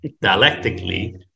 dialectically